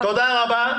תודה רבה.